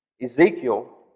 Ezekiel